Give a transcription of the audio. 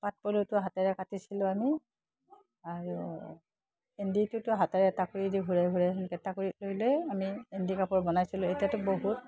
পাট পলুটো হাতেৰে কাটিছিলোঁ আমি আৰু এৰীটোতো হাতেৰে টাকুৰীদি ঘূৰাই ঘূৰাই সেনেকৈ টাকুৰীত লৈ লৈ আমি এৰী কাপোৰ বনাইছিলোঁ এতিয়াতো বহুত